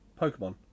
Pokemon